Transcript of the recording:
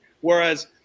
whereas